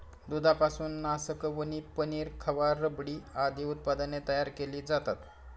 दुधापासून नासकवणी, पनीर, खवा, रबडी आदी उत्पादने तयार केली जातात